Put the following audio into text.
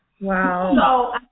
Wow